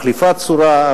מחליפה צורה,